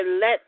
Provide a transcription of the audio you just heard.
let